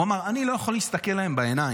הוא אמר: אני לא יכול להסתכל להם בעיניים.